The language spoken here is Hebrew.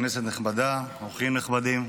כנסת נכבדה, אורחים נכבדים,